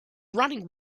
running